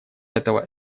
этого